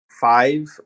five